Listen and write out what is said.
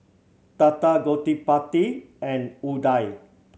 Tata Gottipati and Udai